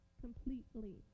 completely